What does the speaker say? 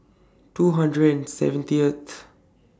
two hundred and seventieth